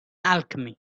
alchemy